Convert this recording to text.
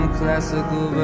classical